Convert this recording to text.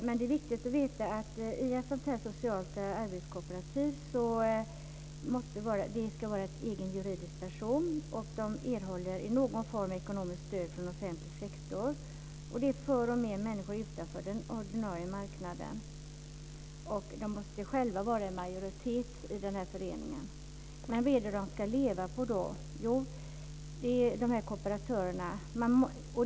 Men det är viktigt att ett socialt arbetskooperativ är en egen juridisk person och erhåller någon form av stöd från den offentliga sektorn. Det är till för människor utanför den ordinarie marknaden. De måste själva vara i majoritet i den här föreningen. Vad är det då de här kooperatörerna ska leva på?